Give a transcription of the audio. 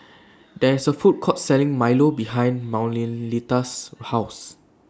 There IS A Food Court Selling Milo behind Manuelita's House